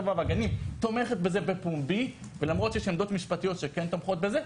והגנים תומכת בזה בפומבי ולמרות שיש עמדות משפטיות שכן תומכות בזה.